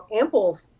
ample